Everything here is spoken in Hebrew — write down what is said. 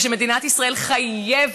ושמדינת ישראל חייבת,